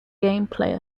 gameplay